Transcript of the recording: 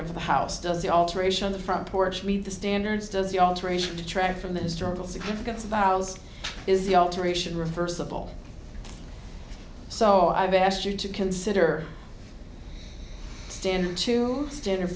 of the house does the alteration of the front porch meet the standards does the alteration detract from the historical significance of owls is the alteration reversible so i've asked you to consider stand to stand